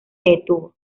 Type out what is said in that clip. detuvo